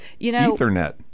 Ethernet